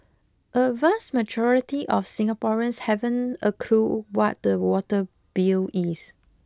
a vast majority of Singaporeans haven't a clue what their water bill is